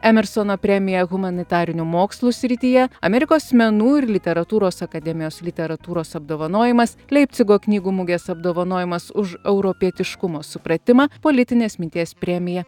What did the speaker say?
emersono premija humanitarinių mokslų srityje amerikos menų ir literatūros akademijos literatūros apdovanojimas leipcigo knygų mugės apdovanojimas už europietiškumo supratimą politinės minties premija